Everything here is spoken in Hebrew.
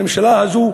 הממשלה הזאת,